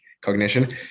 cognition